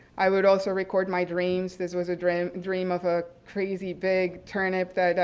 i would also record my dreams. this was a dream dream of a crazy, big turnip that